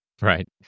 right